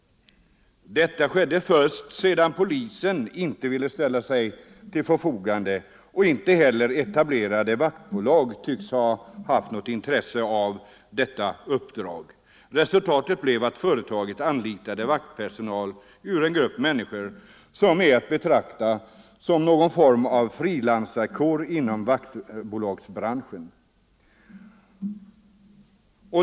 Detta skedde sedan polisen inte ville ställa sig till förfogande. Inte heller etablerade vaktbolag tycks ha haft intresse för detta uppdrag. Resultatet blev att företaget anlitade vaktpersonal från en grupp människor som är att betrakta som någon form av frilanskår i vaktbolagsbranschen.